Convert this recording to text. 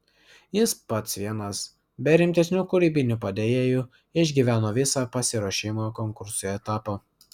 jis pats vienas be rimtesnių kūrybinių padėjėjų išgyveno visą pasiruošimo konkursui etapą